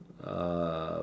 uh